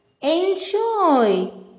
enjoy